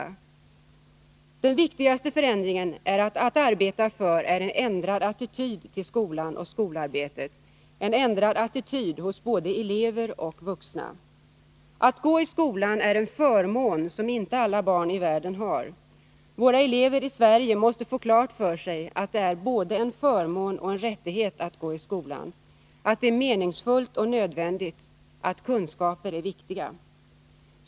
För det första: Den viktigaste förändringen att arbeta för är en ändrad attityd till skolan och skolarbetet — en ändrad attityd hos både elever och vuxna. Att gå i skolan är en förmån som inte alla barn i världen har. Våra elever i Sverige måste få klart för sig att det är både en förmån och en rättighet att gå i skolan, att det är meningsfullt och nödvändigt, att kunskaper är viktiga.